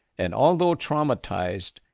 and although traumatized,